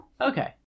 Okay